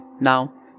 now